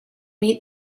meet